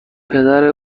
پدر